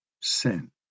sin